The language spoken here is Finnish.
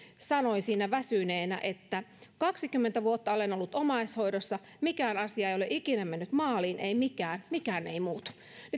sanoi siinä väsyneenä kaksikymmentä vuotta olen ollut omaishoidossa mukana mikään asia ei ole ikinä mennyt maaliin ei mikään mikään ei muutu